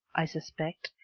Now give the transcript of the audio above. i suspect,